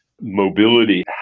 Mobility